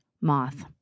moth